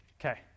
Okay